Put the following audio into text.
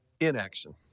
inaction